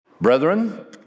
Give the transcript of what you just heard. Brethren